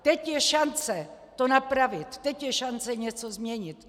Teď je šance to napravit, teď je šance něco změnit.